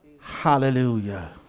Hallelujah